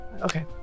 okay